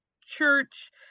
church